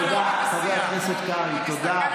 תודה, חבר הכנסת קרעי, תודה.